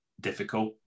difficult